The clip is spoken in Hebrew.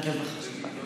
לרווחה של בעלי חיים.